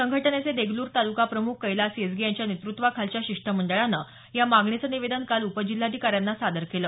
संघटनेचे देगलूर तालुका प्रमुख कैलास येसगे यांच्या नेतृत्वाखालच्या शिष्टमंडळानं या मागणीचं निवेदन काल उपजिल्हाधिकाऱ्यांना सादर केलं